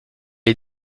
est